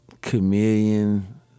chameleon